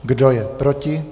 Kdo je proti?